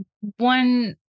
One